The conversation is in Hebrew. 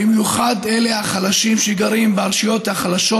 במיוחד אלה החלשים שגרים ברשויות החלשות.